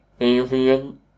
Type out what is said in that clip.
avian